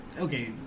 okay